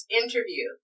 interview